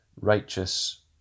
righteous